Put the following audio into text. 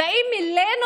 באים אלינו?